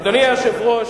אדוני היושב-ראש,